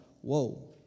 whoa